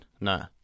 No